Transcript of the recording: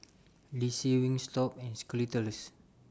D C Wingstop and Skittles